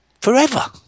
forever